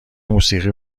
موسیقی